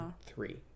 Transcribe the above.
three